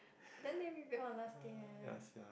then they reveal on last day eh